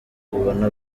ubona